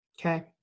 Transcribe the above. Okay